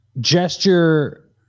gesture